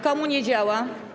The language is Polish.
Komu nie działa?